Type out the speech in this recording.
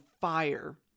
fire